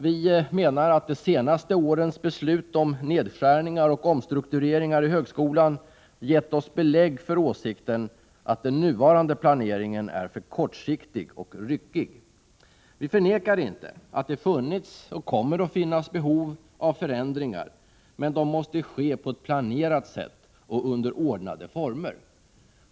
Vi menar att de senaste årens beslut om nedskärningar och omstruktureringar i högskolan gett oss belägg för åsikten att den nuvarande planeringen är för kortsiktig och ryckig. Vi förnekar inte att det funnits och kommer att finnas behov av förändringar, men de måste ske på ett planerat sätt och under ordnade former.